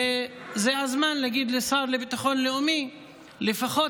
וזה הזמן להגיד לשר לביטחון לאומי שלפחות